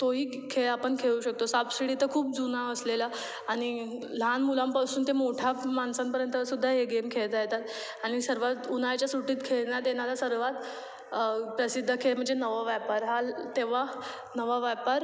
तोही खेळ आपण खेळू शकतो सापशिडी तर खूप जुना असलेला आणि लहान मुलांपासून ते मोठा माणसांपर्यंत सुद्धा हे गेम खेळता येतात आणि सर्वात उन्हाळ्याच्या सुट्टीत खेळण्यात येणारा सर्वात प्रसिद्ध खेळ म्हणजे नवा व्यापार हा तेव्हा नवा व्यापार